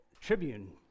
tribune